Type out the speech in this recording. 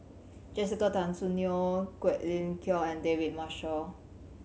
Jessica Tan Soon Neo Quek Ling Kiong and David Marshall